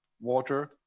water